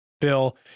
Bill